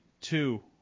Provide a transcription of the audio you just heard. two